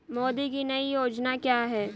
मोदी की नई योजना क्या है?